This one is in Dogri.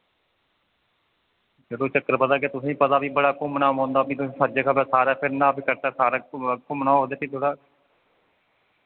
यरो चक्कर पता केह् तुसें पता फ्ही बड़ा घुम्मना पौंदा फ्ही तुस हर जगह दा सारै फिरना फ्ही कटरै घुम घुमना ओ ते फ्ही थोह्ड़ा